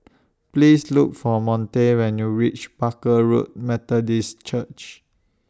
Please Look For Monte when YOU REACH Barker Road Methodist Church